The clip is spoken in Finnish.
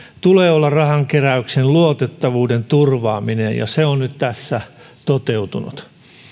tulee olla rahankeräyksen luotettavuuden turvaaminen ja se on nyt tässä toteutunut